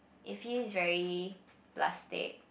it feels very plastic